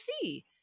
see